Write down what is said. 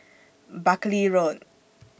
Buckley Road